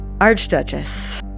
Archduchess